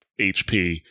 hp